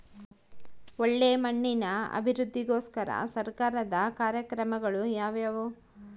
ಒಳ್ಳೆ ಮಣ್ಣಿನ ಅಭಿವೃದ್ಧಿಗೋಸ್ಕರ ಸರ್ಕಾರದ ಕಾರ್ಯಕ್ರಮಗಳು ಯಾವುವು?